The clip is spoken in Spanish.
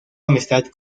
amistad